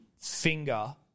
finger